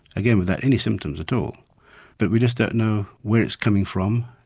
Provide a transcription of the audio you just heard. again without any symptoms at all but we just don't know where it's coming from,